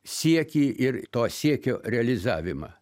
siekį ir to siekio realizavimą